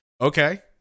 Okay